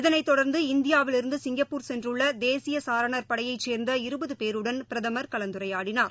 இதனைத் தொடர்ந்து இந்தியாவிலிருந்துசிங்கப்பூர் சென்றுள்ள் தேசியசாரணர் படைடியைச் சேர்ந்த இருபதுபேருடன் பிரதமர் கலந்துரையாடினார்